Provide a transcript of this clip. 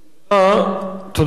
תודה רבה,